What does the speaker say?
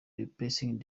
replacing